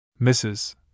Mrs